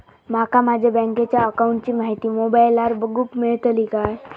माका माझ्या बँकेच्या अकाऊंटची माहिती मोबाईलार बगुक मेळतली काय?